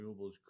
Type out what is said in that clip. renewables